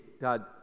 God